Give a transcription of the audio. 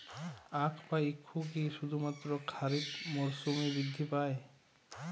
আখ বা ইক্ষু কি শুধুমাত্র খারিফ মরসুমেই বৃদ্ধি পায়?